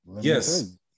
Yes